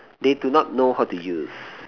they do not know how to use